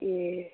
ए